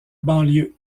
banlieue